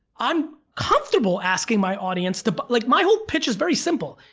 i'm comfortable asking my audience to, but like my whole picture's very simple.